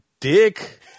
Dick